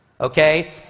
okay